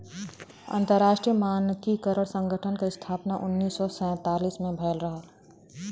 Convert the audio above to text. अंतरराष्ट्रीय मानकीकरण संगठन क स्थापना उन्नीस सौ सैंतालीस में भयल रहल